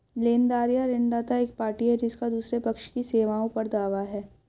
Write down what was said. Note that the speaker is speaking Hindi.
लेनदार या ऋणदाता एक पार्टी है जिसका दूसरे पक्ष की सेवाओं पर दावा है